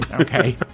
Okay